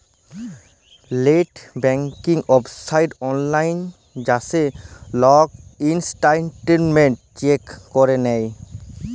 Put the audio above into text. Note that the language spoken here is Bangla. লেট ব্যাংকিং ওয়েবসাইটে অললাইল যাঁয়ে লল ইসট্যাটমেল্ট চ্যাক ক্যরে লেই